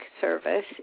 service